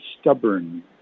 stubborn